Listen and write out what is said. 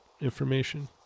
information